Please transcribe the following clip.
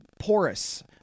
porous